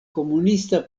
komunista